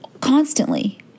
constantly